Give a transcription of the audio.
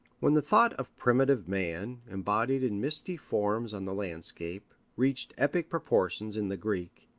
when the thought of primitive man, embodied in misty forms on the landscape, reached epic proportions in the greek,